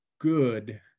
good